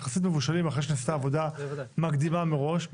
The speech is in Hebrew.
יחסית מבושלים, אחרי שנעשתה עבודה מקדימה מראש.